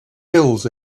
hills